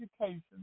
education